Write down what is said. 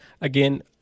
again